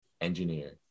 engineer